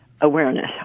awareness